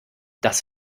das